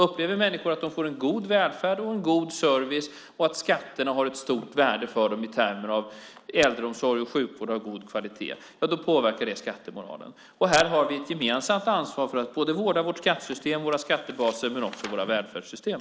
Upplever människor att de får en god välfärd och en god service och att skatterna har ett stort värde för dem i termer av äldreomsorg och sjukvård av god kvalitet påverkar det skattemoralen. Här har vi ett gemensamt ansvar för att vårda vårt skattesystem, våra skattebaser men också våra välfärdssystem.